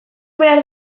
behar